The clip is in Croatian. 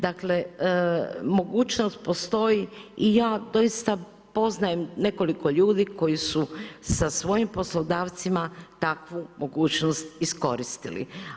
Dakle, mogućnost postoji i ja doista poznajem nekoliko ljudi koji su sa svojim poslodavcima takvu mogućnost iskoristili.